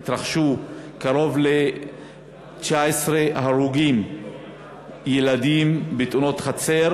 היו קרוב ל-19 הרוגים ילדים בתאונות חצר,